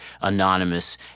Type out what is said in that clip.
anonymous